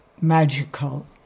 magical